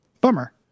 Bummer